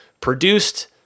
produced